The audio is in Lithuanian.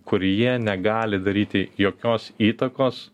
kur jie negali daryti jokios įtakos